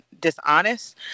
dishonest